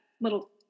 little